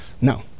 No